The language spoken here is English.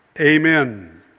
Amen